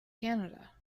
canada